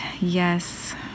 Yes